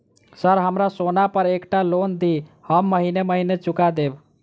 Sir हमरा सोना पर एकटा लोन दिऽ हम महीने महीने चुका देब?